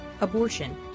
abortion